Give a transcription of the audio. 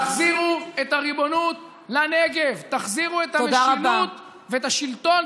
אתה איבדת לחלוטין, לחלוטין, את השכל הישר.